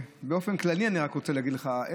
באופן כללי אני רק רוצה להגיד לך,